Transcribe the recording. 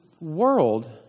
world